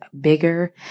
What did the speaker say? bigger